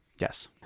Yes